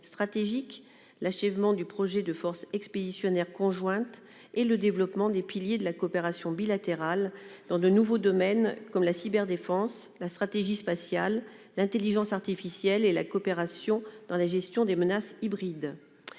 stratégique, l'achèvement du projet de force expéditionnaire conjointe et le développement des piliers de la coopération bilatérale dans de nouveaux domaines, comme la cyberdéfense, la stratégie spatiale, l'intelligence artificielle et la coopération dans la gestion des menaces hybrides.